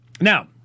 Now